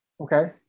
Okay